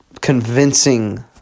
convincing